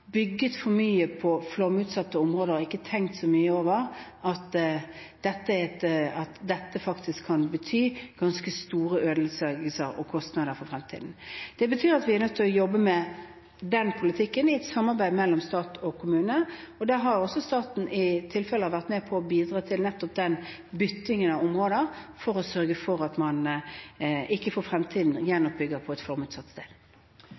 ikke tenkt så mye over at dette faktisk kan bety ganske store ødeleggelser og kostnader for fremtiden. Det betyr at vi er nødt å jobbe med den politikken i et samarbeid mellom stat og kommune. Der har også staten i noen tilfeller vært med på å bidra til nettopp den byttingen av områder, for å sørge for at man i fremtiden ikke gjenoppbygger på et flomutsatt sted.